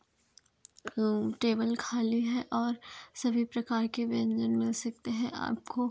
table खाली है और सभी प्रकार के व्यंजन मिल सकते हैं आपको